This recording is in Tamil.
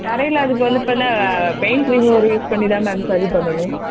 தரையில் அதுக்கு வந்து இப்போ இந்த பெயிண்ட் ரிமூவெர் யூஸ் பண்ணி தான் மேம் சரி பண்ணனும்